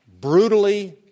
brutally